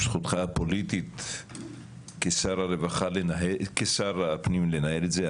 זכותך הפוליטית כשר הפנים לנהל את זה.